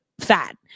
fat